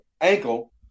ankle